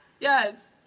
yes